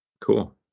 Cool